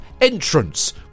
entrance